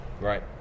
Right